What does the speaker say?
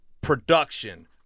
production